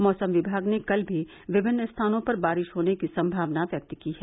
मौसम विभाग ने कल भी विभिन्न स्थानों पर बारिश होने की सम्भावना व्यक्त की है